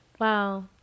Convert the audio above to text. wow